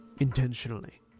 intentionally